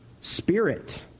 spirit